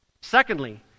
Secondly